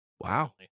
Wow